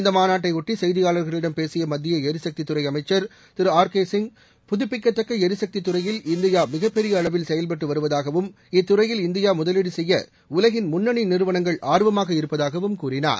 இந்த மாநாட்டைபொட்டி செய்தியாளர்களிடம் பேசிய மத்திய ளரிசக்தித்துறை அமைச்சா் திரு ஆர் கே சிங் புதுப்பிக்கத்தக்க எரிசக்தி துறையில் இந்தியா மிகப்பெரிய அளவில் செயல்பட்டு வருவதாகவும் இத்துறையில் இந்தியா முதலீடு செய்ய உலகின் முன்னணி நிறுவனங்கள் ஆர்வமாக இருப்பதாகவும் கூறினார்